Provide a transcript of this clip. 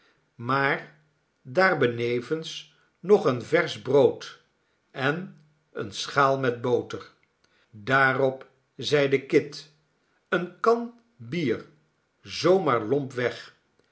maar laarbenevens nog een verscb brood en eene schaal met boter daarop zeide kit eene kan bier zoo maar lomp weg